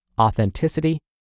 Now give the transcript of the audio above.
authenticity